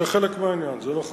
זה חלק מהעניין, זה נכון.